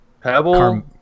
Pebble